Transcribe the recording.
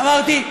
אמרתי: